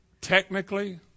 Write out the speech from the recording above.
technically